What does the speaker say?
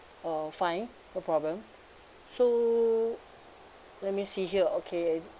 uh okay fine no problem so let me see here okay and